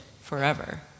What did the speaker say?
forever